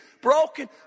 broken